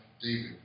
David